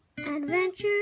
Adventure